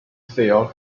sealed